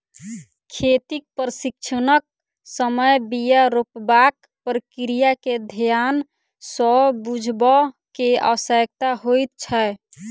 खेतीक प्रशिक्षणक समय बीया रोपबाक प्रक्रिया के ध्यान सँ बुझबअ के आवश्यकता होइत छै